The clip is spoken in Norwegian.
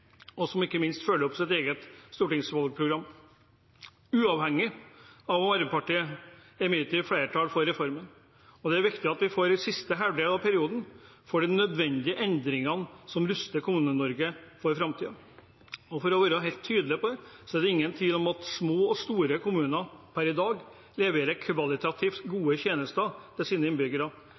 og som ikke minst følger opp sitt eget stortingsvalgprogram. Uavhengig av Arbeiderpartiet er det imidlertid flertall for reformen. Det er viktig at vi i siste halvdel av perioden får de nødvendige endringene som ruster Kommune-Norge for framtiden. For å være helt tydelig på det er det ingen tvil om at små og store kommuner per i dag leverer kvalitativt gode tjenester til sine innbyggere.